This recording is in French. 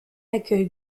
accueil